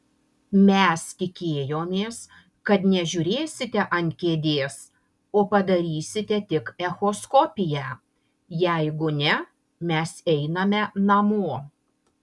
mes tikėjomės kad nežiūrėsite ant kėdės o padarysite tik echoskopiją jeigu ne mes einame namo